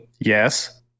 Yes